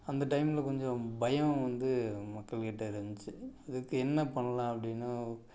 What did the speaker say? அந்த டைமில் கொஞ்சம் பயம் வந்து மக்கள் கிட்டே இருந்துச்சு அதுக்கு என்ன பண்ணலாம் அப்படின்னா